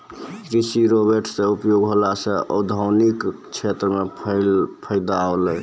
कृषि रोवेट से उपयोग होला से औद्योगिक क्षेत्र मे फैदा होलै